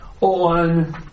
on